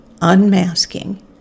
Unmasking